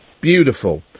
beautiful